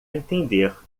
entender